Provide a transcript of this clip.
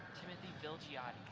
timothy vilgiate yeah